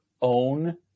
own